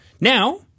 Now